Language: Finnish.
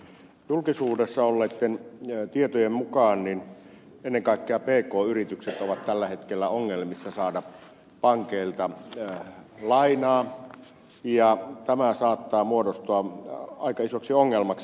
julkisuudessa olleitten tietojen mukaan ennen kaikkea pk yritykset ovat tällä hetkellä ongelmissa saada pankeilta lainaa ja tämä saattaa muodostua aika isoksi ongelmaksi